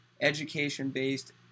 education-based